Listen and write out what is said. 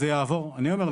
אני אומר לך.